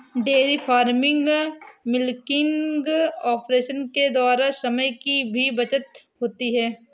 dairy farming milking operation के द्वारा समय की भी बचत होती है